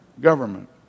government